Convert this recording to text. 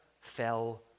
fell